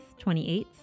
28th